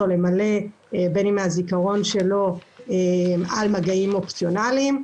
למלא מהזיכרון שלו על מגעים אופציונליים.